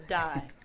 die